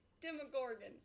Demogorgon